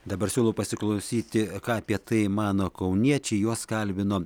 dabar siūlau pasiklausyti ką apie tai mano kauniečiai juos kalbino